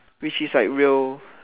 which is like real